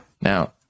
Now